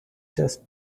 just